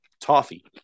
Toffee